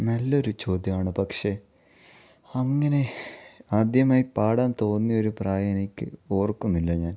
നല്ലൊരു ചോദ്യം ആണ് പക്ഷേ അങ്ങനെ ആദ്യമായി പാടാൻ തോന്നിയ ഒരു പ്രായം എനിക്ക് ഓർക്കുന്നില്ല ഞാൻ